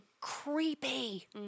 creepy